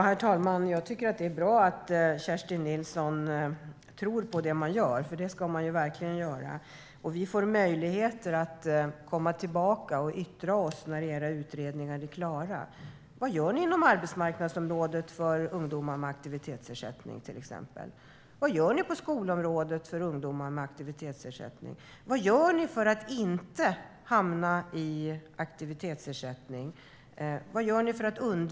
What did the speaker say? Herr talman! Jag tycker att det är bra att Kerstin Nilsson tror på det här, för man ska ju verkligen tro på det man gör. Vi får möjlighet att komma tillbaka och yttra oss när era utredningar är klara. Vad gör ni till exempel inom arbetsmarknadsområdet för ungdomar med aktivitetsersättning? Vad gör ni på skolområdet för ungdomar med aktivitetsersättning? Vad gör ni för att undvika att ungdomar hamnar i aktivitetsersättning?